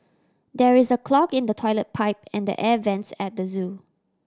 there is a clog in the toilet pipe and the air vents at the zoo